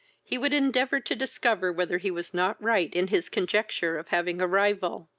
he would endeavour to discover whether he was not right in his conjecture of having a rival.